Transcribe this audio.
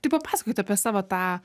tai papasakokit apie savo tą